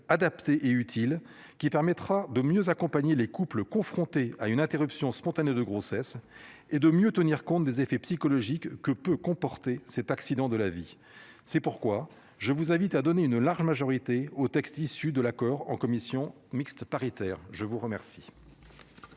adapté et utile qui permettra de mieux accompagner les couples confrontés à une interruption spontanée de grossesse et de mieux tenir compte des effets psychologiques que peut comporter cet accident de la vie. C'est pourquoi je vous invite à donner une large majorité au texte issu de l'accord en commission mixte paritaire, je vous remercie.